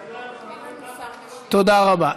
זה ביזיון, תודה רבה.